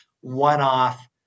one-off